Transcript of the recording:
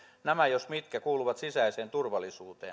nämä jos mitkä kuuluvat sisäiseen turvallisuuteen